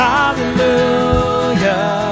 Hallelujah